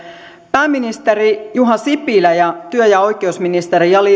pääministeri juha sipilä ja työ ja oikeusministeri